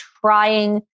trying